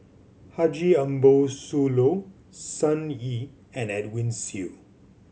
Haji Ambo Sooloh Sun Yee and Edwin Siew